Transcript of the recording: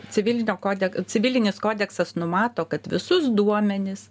civilinio kodek civilinis kodeksas numato kad visus duomenis